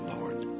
Lord